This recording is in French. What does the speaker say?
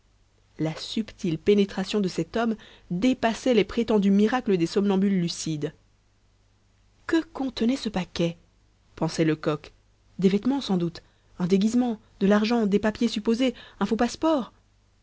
la subtile pénétration de cet homme dépassait les prétendus miracles des somnambules lucides que contenait ce paquet pensait lecoq des vêtements sans doute un déguisement de l'argent des papiers supposés un faux passe-port